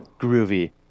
groovy